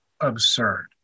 absurd